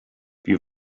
wie